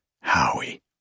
Howie